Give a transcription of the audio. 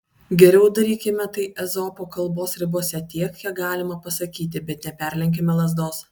geriau darykime tai ezopo kalbos ribose tiek kiek galima pasakyti bet neperlenkime lazdos